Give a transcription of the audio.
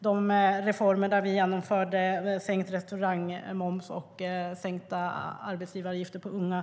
Vi införde också sänkt restaurangmoms och sänkta arbetsgivaravgifter för unga.